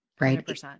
Right